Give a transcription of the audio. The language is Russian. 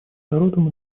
народом